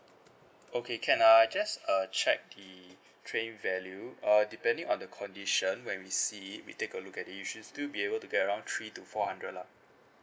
okay can uh I just uh checked the trade in value uh depending on the condition when we see we take a look at it you should still be able to get around three to four hundred lah